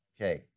Okay